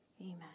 amen